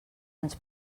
ens